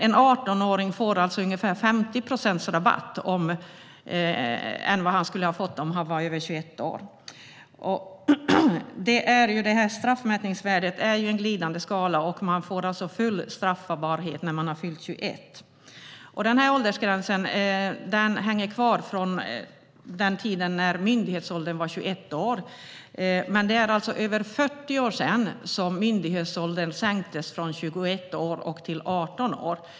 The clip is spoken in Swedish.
En 18-åring får ungefär 50 procents rabatt jämfört med vad han skulle ha fått om han varit över 21 år. Straffmätningsvärdet är en glidande skala, och man får alltså full straffbarhet när man har fyllt 21. Denna åldersgräns hänger kvar sedan den tiden då myndighetsåldern var 21 år, men det är över 40 år sedan myndighetsåldern sänktes från 21 år till 18 år.